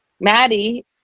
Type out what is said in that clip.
Maddie